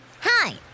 Hi